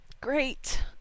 Great